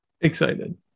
Excited